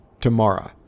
tomorrow